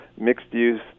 mixed-use